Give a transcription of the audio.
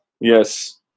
Yes